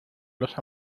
los